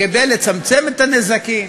כדי לצמצם את הנזקים,